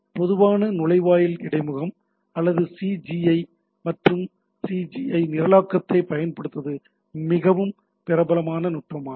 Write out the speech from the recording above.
பொதுவான நுழைவாயில் இடைமுகம் அல்லது சிஜிஐ அல்லது சிஜிஐ நிரலாக்கத்தைப் பயன்படுத்துவது மிகவும் பிரபலமான நுட்பமாகும்